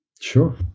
Sure